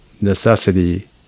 necessity